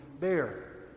bear